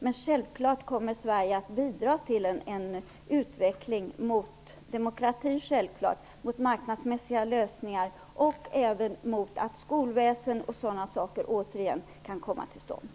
Men självklart kommer Sverige att bidra till att det kan komma till stånd en utveckling mot demokrati, mot marknadsmässiga lösningar och även mot att skolväsen och liknande återigen kan börja fungera.